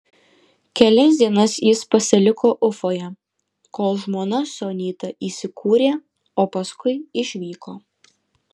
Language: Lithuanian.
kelias dienas jis pasiliko ufoje kol žmona su anyta įsikūrė o paskui išvyko